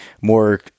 more